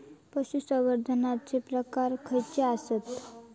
पशुसंवर्धनाचे प्रकार खयचे आसत?